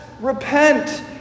repent